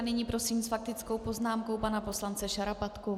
Nyní prosím s faktickou poznámkou pana poslance Šarapatku.